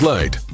Light